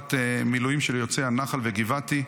חטיבת מילואים של יוצאי הנח"ל וגבעתי.